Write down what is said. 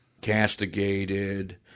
castigated